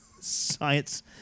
science